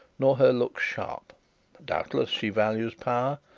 nor her looks sharp doubtless she values power,